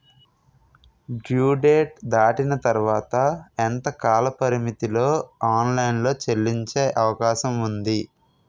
Due date దాటిన తర్వాత ఎంత కాలపరిమితిలో ఆన్ లైన్ లో చెల్లించే అవకాశం వుంది?